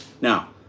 Now